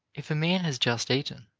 if a man has just eaten,